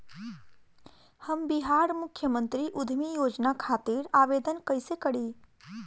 हम बिहार मुख्यमंत्री उद्यमी योजना खातिर आवेदन कईसे करी?